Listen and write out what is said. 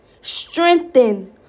Strengthen